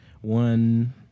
One